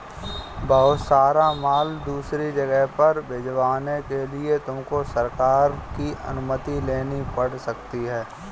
बहुत सारा माल दूसरी जगह पर भिजवाने के लिए तुमको सरकार की अनुमति लेनी पड़ सकती है